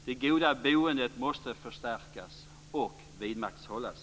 Det goda boendet måste förstärkas och vidmakthållas.